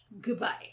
goodbye